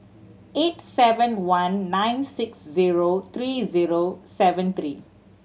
eight seven one nine six zero three zero seven three